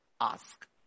ask